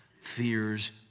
fears